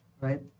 right